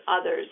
others